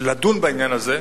לדון בעניין הזה,